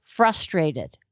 frustrated